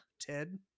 Ted